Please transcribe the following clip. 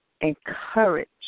Encourage